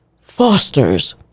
fosters